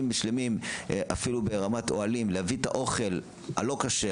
שלמים אפילו ברמת אוהלים להביא את האוכל הלא כשר,